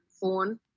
phone